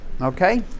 Okay